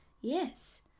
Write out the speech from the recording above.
yes